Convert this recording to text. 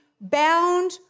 bound